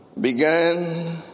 Began